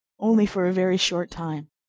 only for a very short time.